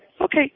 Okay